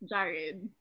Jared